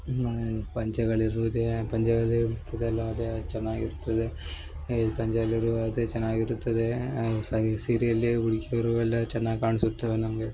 ಪಂಚೆಗಳ ಇರುವುದೇ ಪಂಚೆಗಳು ಇರುತ್ತದೆ ಎಲ್ಲಾ ಅದೇ ಚೆನ್ನಾಗಿ ಇರುತ್ತದೆ ಈ ಪಂಚೆಯಲ್ಲಿ ಇರುವುದೇ ಚೆನ್ನಾಗಿ ಇರುತ್ತದೆ ಸೀರೆಯಲ್ಲೇ ಹುಡುಕಿದ್ದರೂ ಎಲ್ಲಾ ಚೆನ್ನಾಗಿ ಕಾಣ್ಸುತ್ತವೆ ನಮಗೆ